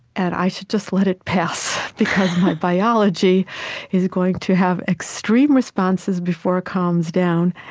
and i should just let it pass, because my biology is going to have extreme responses before it calms down.